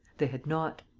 they had not.